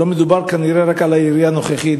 לא מדובר כנראה רק על העירייה הנוכחית,